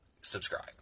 Subscribe